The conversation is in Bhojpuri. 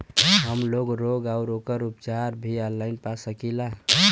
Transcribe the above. हमलोग रोग अउर ओकर उपचार भी ऑनलाइन पा सकीला?